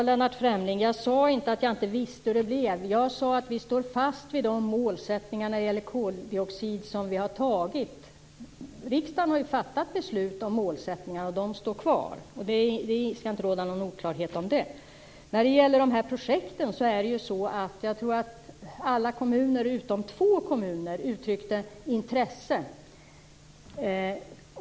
Herr talman! Jag sade inte att jag inte vet hur det blir, Lennart Fremling. Jag sade att vi står fast vid de mål när det gäller koldioxid som vi har fastställt. Riksdagen har ju fattat beslut om målsättningar, och de står kvar. Det skall inte råda någon oklarhet om det. När det gäller projekten tror jag att alla kommuner utom två uttryckte intresse.